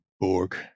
Borg